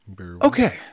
Okay